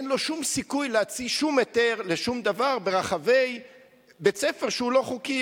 אין לו שום סיכוי להוציא שום היתר לשום דבר ברחבי בית-ספר שהוא לא חוקי,